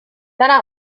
täna